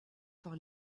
par